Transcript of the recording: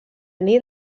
nit